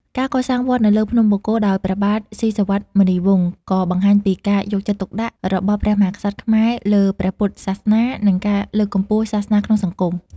ការកសាងវត្តនៅលើភ្នំបូកគោដោយព្រះបាទស៊ីសុវត្ថិ-មុនីវង្ស ក៏បង្ហាញពីការយកចិត្តទុកដាក់របស់ព្រះមហាក្សត្រខ្មែរលើព្រះពុទ្ធសាសនា និងការលើកកម្ពស់សាសនាក្នុងសង្គម ។